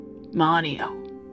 Manio